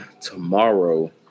tomorrow